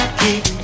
keep